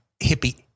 hippie